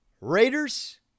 Raiders